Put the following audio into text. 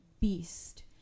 beast